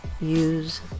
use